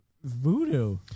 Voodoo